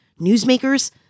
newsmakers